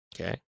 Okay